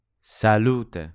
Salute